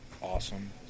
Awesome